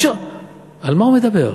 על מה הוא מדבר?